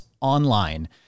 online